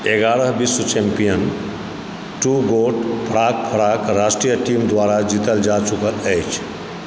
एगारह विश्व चैम्पियन टू गोट फराक फराक राष्ट्रीय टीम द्वारा जीतल जा चुकल अछि